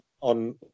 on